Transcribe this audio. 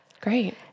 Great